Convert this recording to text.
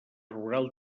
rural